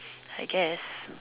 I guess